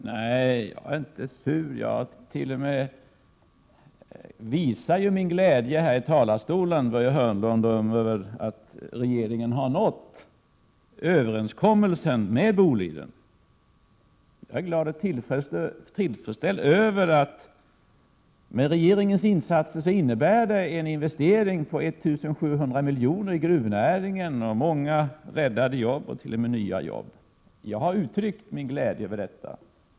Herr talman! Nej, Börje Hörnlund, jag är inte sur. Jag visar t.o.m. här i talarstolen min glädje över att regeringen har nått en överenskommelse med Boliden. Jag är glad och tillfredsställd över att detta, med regeringens insatser, innebär en investering på 1 700 miljoner i gruvnäringen, många räddade arbetstillfällen och t.o.m. nya arbetstillfällen. Jag har alltså uttryckt | min glädje över detta.